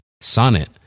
Sonnet